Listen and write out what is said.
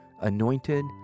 anointed